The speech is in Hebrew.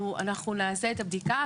אנחנו נעשה את הבדיקה,